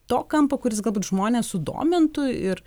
to kampo kuris galbūt žmones sudomintų ir